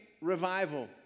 revival